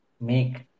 make